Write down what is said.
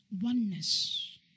Oneness